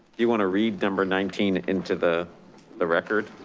you wanna read number nineteen into the the record?